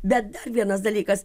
bet dar vienas dalykas